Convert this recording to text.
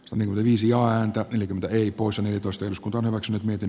se oli viisi ja antaa yli kympin riippuu sen edustuskuntoon omaksunut miten